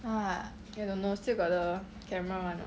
eh don't know still got a camera [one] or not